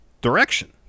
direction